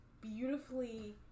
beautifully